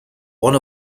one